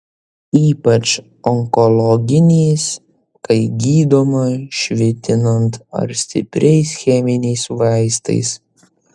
ypač onkologinės kai gydoma švitinant ar stipriais cheminiais vaistais